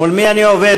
מול מי אני עובד?